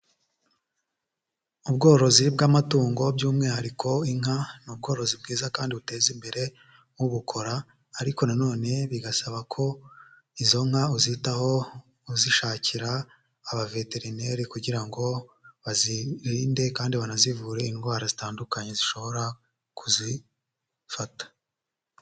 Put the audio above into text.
Ubworozi bw'amatungo by'umwihariko inka, ni ubworozi bwiza kandi buteza imbere ubukora ariko na none bigasaba ko izo nka uzitaho uzishakira aba veterineri kugira ngo bazirinde kandi banazivure indwara zitandukanye zishobora kuzifata.